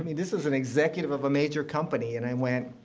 i mean this is an executive of a major company. and i went,